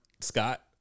Scott